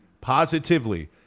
positively